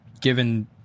given